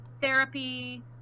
therapy